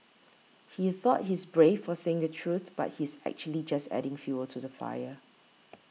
he thought he's brave for saying the truth but he's actually just adding fuel to the fire